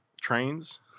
trains